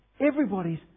Everybody's